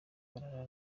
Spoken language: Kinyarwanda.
barara